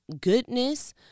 goodness